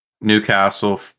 Newcastle